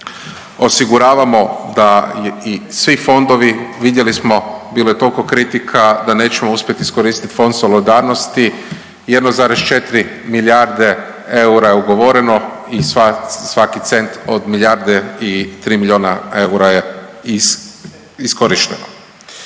osiguravamo da je i svi fondovi, vidjeli smo, bilo je toliko kritika da nećemo uspjeti iskoristiti Fond solidarnosti, 1,4 milijarde eura je ugovoreno i sva, svaki cent od milijarde i 3 milijuna eura je iskorišteno.